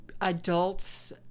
adults